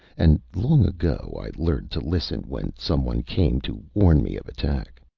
and long ago i learned to listen, when someone came to warn me of attack.